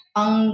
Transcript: ang